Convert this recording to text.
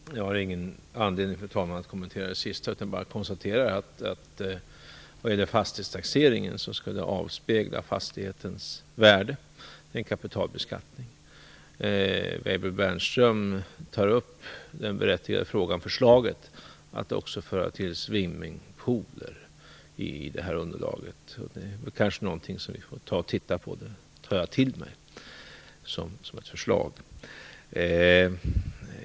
Fru talman! Jag har ingen anledning att kommentera det senast sagda. Jag kan bara konstatera att fastighetstaxeringen skall avspegla fastighetens värde. Det är en kapitalbeskattning. Peter Weibull Bernström tar upp den berättigade frågan att också föra in swimmingpool i underlaget. Det är kanske någonting som vi får titta på; det tar jag till mig som ett förslag.